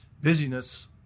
busyness